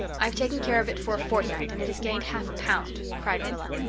i've taken care of it for a fortnight and it has gained half a pound, cried rilla.